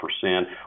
percent